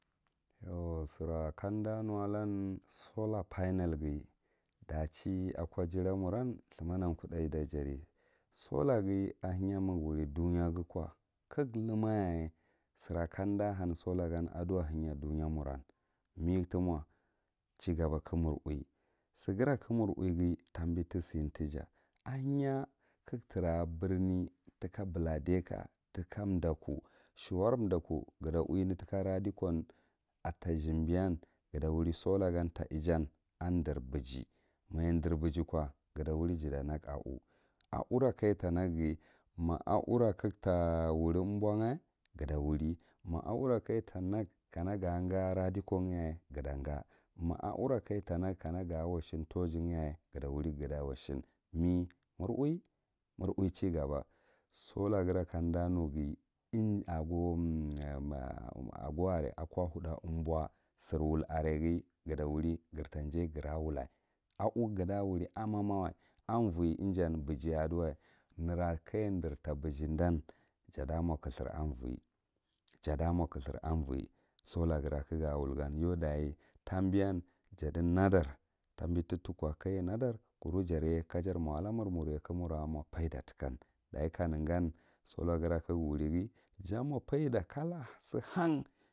Yau sira komɗa nuwa lllan sola parmal ghi vachi a ko gira muran thymanan kudda yika gidi sola ghi ahinya magu wuri ɗuya gukow ka ga humayaye sira kanɗa han. Sola gan a ɗuwa hinya ɗuya murran me tumo chigaba kamur uwi sigira kamur uwighi tabi ti sin tija a hinya kaga tra a birne tika buladeka, tika ɗukku shuwara suku ga ta uwnine tika radiko ata zhanbiyan ga ta wuri sola gom ta ijan am dre beji maja dre begi ko ga to wuri jata nagu a u a u ra kajata naghi, ma a u ra ka ga ta wuri umbaa ga to wuri, ma a u ra kaja tanaga kana ga radiko ayaye gutan ga ma a u ra kana ga washin taugen yaye gata washim, me muvi uwi, mur uwi, muur uwi eheigaba sola gira kanɗa nughi c in a a a go are a kwa how ɗa umbo sir wull arghi gwata wuri gretan joy are wulla, a u ga wuri amam wai, anvoye ijanin bejeye adu wan era kaja dre tabege dan, ja ta amo lehathur a voge jata mo khathur a voye sola gira kaga wul gan yau ɗage tabiyan jati naɗre tabi tituko kaja naɗar, kuru jaye kajar ma alumur ka mura mi faida tikan ɗachi kanegan sola girra kagu wurighhi jamo faida kala sihan.